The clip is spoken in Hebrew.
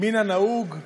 מן הנהוג,